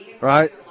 Right